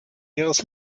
ihres